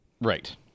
Right